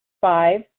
Five